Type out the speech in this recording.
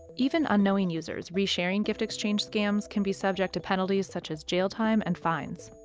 even unknowing users re-sharing gift exchange scams can be subject to penalties such as jail time and fines.